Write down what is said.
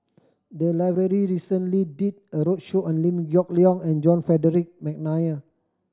the library recently did a roadshow on Liew Geok Leong and John Frederick McNair